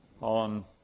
on